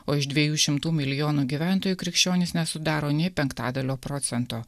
o iš dviejų šimtų milijonų gyventojų krikščionys nesudaro nė penktadalio procento